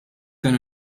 dan